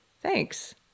Thanks